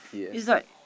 is like